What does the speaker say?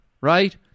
Right